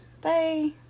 Bye